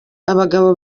abagabo